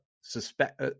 suspect